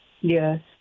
Yes